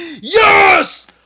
Yes